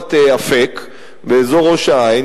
בשמורת אפק באזור ראש-העין.